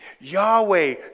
Yahweh